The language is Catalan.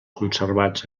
conservats